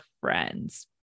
friends